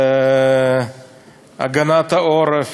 הגנת העורף,